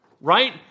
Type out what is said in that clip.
Right